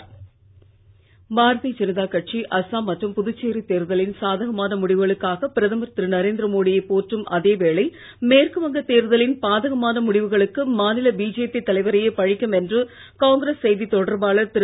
கருத்துகாங்கிரஸ் பாரதீயஜனதாகட்சி அஸ்ஸாம்மற்றும்புதுச்சேரிதேர்தலின்சாதகமானமுடிவுகளுக்காகபிரதமர்தி நரேந்திரமோடியைபோற்றும்அதேவேளை ரு மேற்குவங்கதேர்தலின்பாதகமானமுடிவுகளுக்குமாநிலபிஜேபிதலைவரை யேபழிக்கும்என்றுகாங்கிரஸ்செய்திதொடர்பாளர்திரு